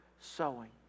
sowing